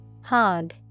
hog